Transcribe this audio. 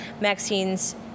Maxine's